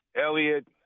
Elliot